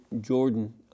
Jordan